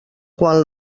quan